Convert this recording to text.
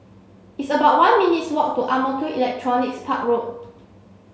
it's about one minutes' walk to Ang Mo Kio Electronics Park Road